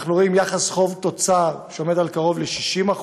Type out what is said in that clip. אנחנו רואים יחס חוב תוצר שעומד על קרוב ל-60%,